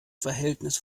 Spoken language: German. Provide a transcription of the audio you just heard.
verhältnis